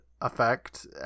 effect